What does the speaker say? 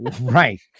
Right